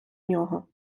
нього